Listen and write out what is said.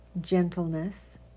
gentleness